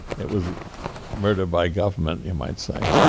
it was murder by government, you might say,